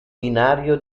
binario